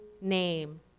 name